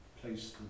place